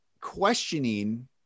questioning